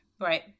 Right